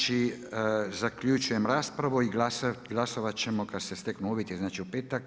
Znači zaključujem raspravu i glasovat ćemo kada se steknu uvjeti, znači u petak.